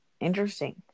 Interesting